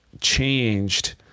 changed